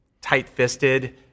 tight-fisted